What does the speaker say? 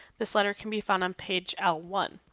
this letter can be found on page l one.